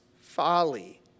folly